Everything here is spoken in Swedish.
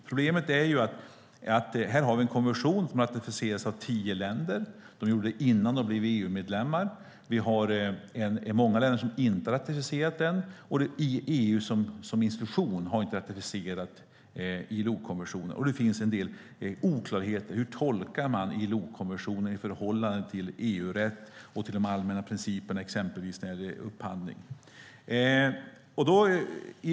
Det finns problem. ILO-konventionen har ratificerats av tio länder, och de gjorde det innan de blev EU-medlemmar. Många länder har inte ratificerat konventionen, och EU som institution har inte ratificerat den. Det finns en del oklarheter i hur man ska tolka ILO-konventionen i förhållande till EU-rätt och till de allmänna principerna, exempelvis när det gäller upphandling.